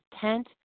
tent